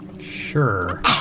Sure